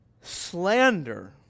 Slander